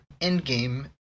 endgame